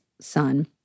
son